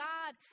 God